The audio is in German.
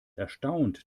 erstaunt